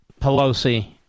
Pelosi